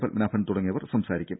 പത്മനാഭൻ തുടങ്ങിയവർ സംസാരിക്കും